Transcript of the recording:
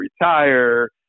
retire